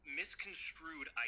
misconstrued